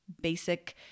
basic